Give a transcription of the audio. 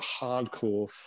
hardcore